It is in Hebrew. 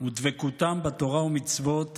ודבקותם בתורה ובמצוות